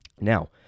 now